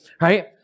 right